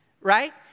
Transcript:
right